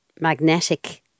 magnetic